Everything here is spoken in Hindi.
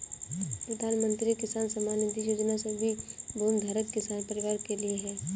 प्रधानमंत्री किसान सम्मान निधि योजना सभी भूमिधारक किसान परिवारों के लिए है